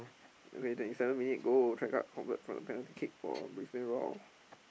okay twenty seven minute goal Taggart convert from a penalty kick for Brisbane-Roar